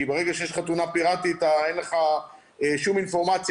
ברגע שיש חתונה פיראטית אין לך שום אינפורמציה,